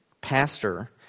Pastor